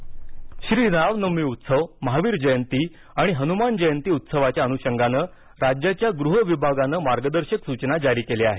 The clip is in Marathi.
मार्गदर्शक सचना श्रीरामनवमी उत्सव महावीर जयंती आणि हनुमान जयंती उत्सवाच्या अनुषंगानं राज्याच्या गृह विभागानं मार्गदर्शक सूचना जारी केल्या आहेत